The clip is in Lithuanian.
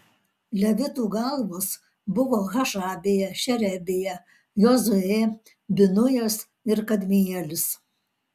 levitų galvos buvo hašabija šerebija jozuė binujas ir kadmielis